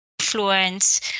influence